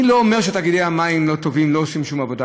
אני לא אומר שתאגידי המים לא טובים ולא עושים שום עבודה.